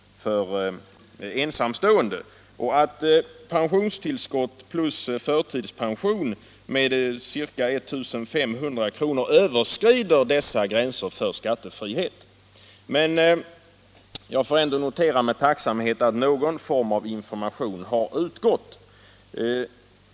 för ensamstående och att pensionstillskott plus förtidspension med ca 1 500 kr. överskrider dessa gränser för skattefrihet. Jag får ändå med tacksamhet notera att någon form av information har gått ut.